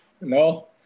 No